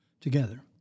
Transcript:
together